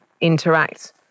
interact